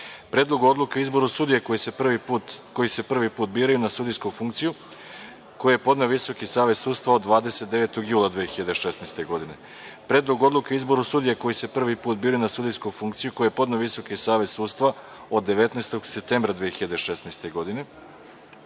Predlogu odluke o izboru sudija koji se prvi put biraju na sudijsku funkciju, koji je podneo Visoki Savet sudstva, od 29. jula 2016. godine, Predlogu odluke o izboru sudija koji se prvi put biraju na sudijsku funkciju, koji je podneo Visoki Savet sudstva, od 19. septembra 2016. godine,